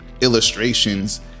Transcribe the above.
illustrations